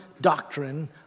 doctrine